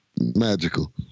magical